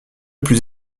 plus